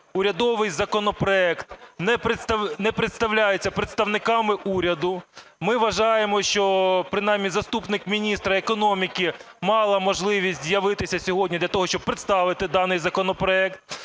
урядовий законопроект не представляється представниками уряду, ми вважаємо, що принаймні заступник міністра економіки мала б можливість з'явитися сьогодні для того, щоб представити даний законопроект.